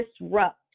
Disrupt